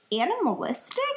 animalistic